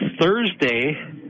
Thursday